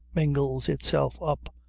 mingles itself up,